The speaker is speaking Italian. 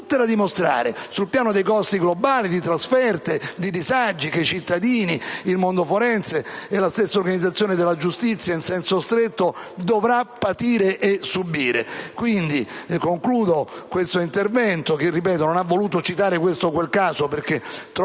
tutte da dimostrare sul piano dei costi globali, di trasferte e di disagi che i cittadini, il mondo forense e la stessa organizzazione della giustizia in senso stretto dovranno patire e subire. Concludo questo intervento, che non ha voluto citare questo o quel caso perché troppo